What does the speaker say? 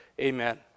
Amen